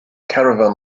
caravan